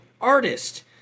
artist